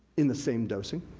in the same dosing,